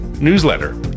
Newsletter